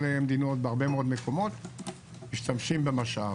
בהרבה מאוד מקומות משתמשים במשאב,